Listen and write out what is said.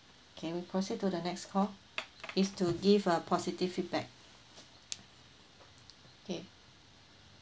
okay we proceed to the next call is to give a positive feedback okay